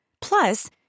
Plus